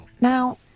Now